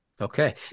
Okay